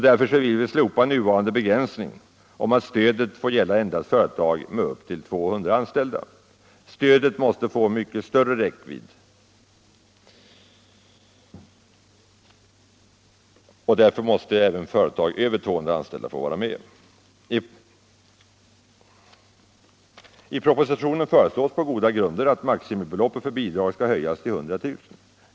Därför vill vi slopa nuvarande begränsning som innebär att stöd får gälla endast företag med upp till 200 anställda. Stödet måste få mycket större räckvidd, och därför måste även företag med över 200 anställda få vara med. I propositionen föreslås på goda grunder att maximibeloppet för bidrag skall höjas till 100 000 kr.